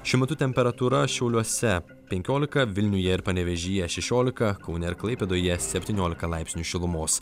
šiuo metu temperatūra šiauliuose penkiolika vilniuje ir panevėžyje šešiolika kaune ir klaipėdoje septyniolika laipsnių šilumos